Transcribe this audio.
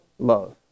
love